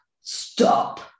Stop